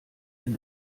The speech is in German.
wenn